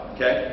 Okay